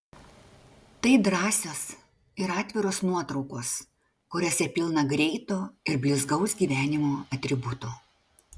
tai drąsios ir atviros nuotraukos kuriose pilna greito ir blizgaus gyvenimo atributų